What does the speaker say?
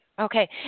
Okay